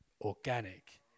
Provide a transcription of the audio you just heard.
organic